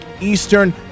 eastern